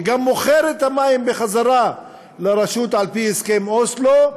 וגם מוכרת את המים בחזרה לרשות על-פי הסכם אוסלו,